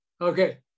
Okay